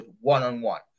one-on-one